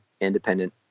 independent